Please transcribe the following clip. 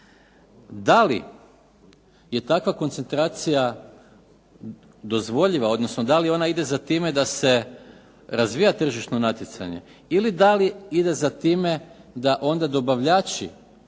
Da li je takva koncentracija dozvoljiva, odnosno da li ona ide za time da se razvija tržišno natjecanje, ili da li ide za time da onda dobavljači